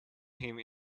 him